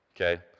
okay